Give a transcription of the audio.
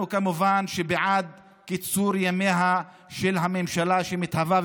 אנחנו כמובן בעד קיצור ימיה של הממשלה שמתהווה,